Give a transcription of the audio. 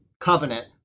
covenant